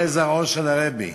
זה זרעו של הרבי,